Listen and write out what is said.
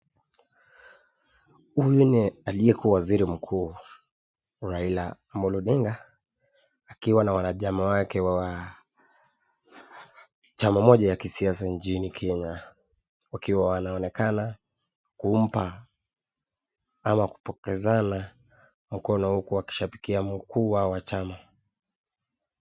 Huyu ni aliye kuwa waziri mkuu Raila Amolo Odinga akiwa na wanachama wake wa chama moja ya kisiasa nchini Kenya wakiwa wanaonekana kumpa ama kupokeza mkono huku wakishabikia mkuu wao wa chama.